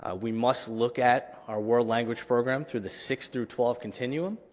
ah we must look at our world language program through the six through twelve continuum,